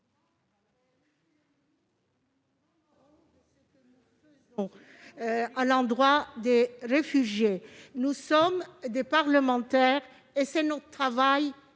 à l'endroit des réfugiés. Nous sommes des parlementaires et c'est notre travail